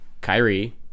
Kyrie